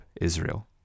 Israel